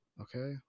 Okay